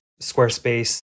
Squarespace